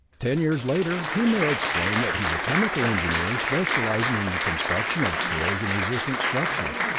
ten years later he may explain that he's a chemical engineer specializing in the construction of corrosion-resistant structures,